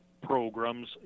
programs